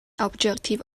objective